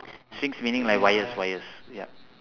strings meaning like wires wires yup